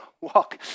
walk